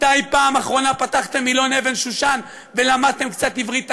מתי בפעם האחרונה פתחתם מילון אבן-שושן ולמדתם קצת עברית תקינה?